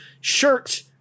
shirt